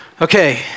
Okay